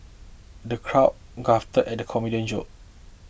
the crowd guffawed at comedian joke